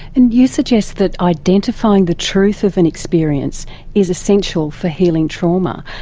and you suggest that identifying the truth of an experience is essential for healing trauma,